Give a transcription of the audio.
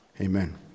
Amen